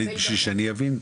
בשביל שאני אבין,